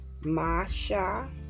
Masha